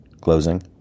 closing